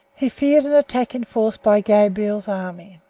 he feared an attack in force by gabriel's army.